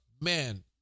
man